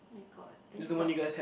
my god think about